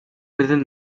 within